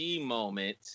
moment